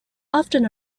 often